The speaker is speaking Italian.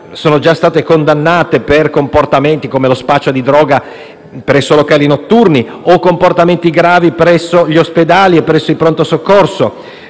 sono già state condannate per comportamenti come lo spaccio di droga presso locali notturni o comportamenti gravi presso gli ospedali e i pronto soccorso.